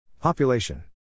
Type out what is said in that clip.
Population